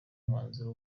mwanzuro